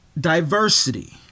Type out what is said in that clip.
diversity